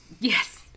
yes